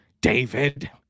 David